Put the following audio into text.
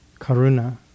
Karuna